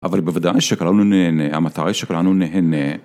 אבל בוודאי שכולנו נהנה, המטרה היא שכולנו נהנה.